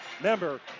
Member